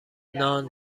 نان